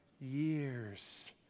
years